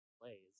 plays